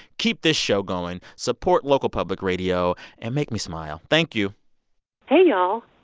keep this show going. support local public radio and make me smile. thank you hey y'all.